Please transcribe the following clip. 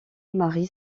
marie